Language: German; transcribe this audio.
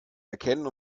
erkennen